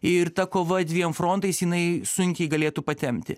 ir ta kova dviem frontais jinai sunkiai galėtų patempti